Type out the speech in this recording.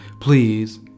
please